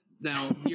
Now